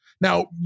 Now